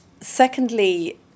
Secondly